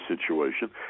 situation